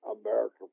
America